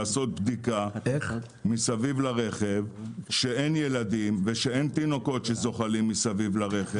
לעשות בדיקה מסביב לרכב שאין ילדים ושאין תינוקות שזוחלים מסביב לרכב.